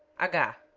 and